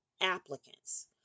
applicants